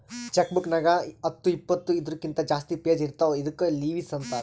check book ನಾಗ್ ಹತ್ತು ಇಪ್ಪತ್ತು ಇದೂರ್ಕಿಂತ ಜಾಸ್ತಿ ಪೇಜ್ ಇರ್ತಾವ ಇದ್ದುಕ್ ಲಿವಸ್ ಅಂತಾರ್